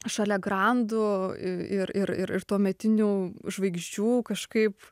šalia grandų ir ir ir tuometinių žvaigždžių kažkaip